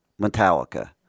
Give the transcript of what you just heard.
Metallica